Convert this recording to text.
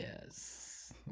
yes